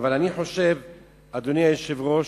אדוני היושב-ראש,